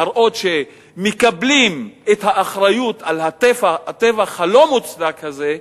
להראות שמקבלים את האחריות לטבח הלא-מוצדק הזה,